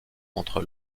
entre